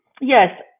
Yes